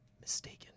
mistaken